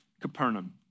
Capernaum